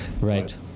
Right